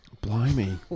Blimey